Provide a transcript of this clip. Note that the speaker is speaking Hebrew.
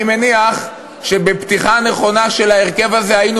אני מניח שבפתיחה נכונה של ההרכב הזה היינו